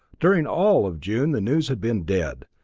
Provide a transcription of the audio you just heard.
during all of june the news had been dead,